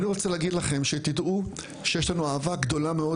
ואני רוצה להגיד לכם שתדעו שיש לנו אהבה גדולה מאוד